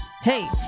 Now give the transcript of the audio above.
hey